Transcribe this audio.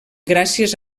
gràcies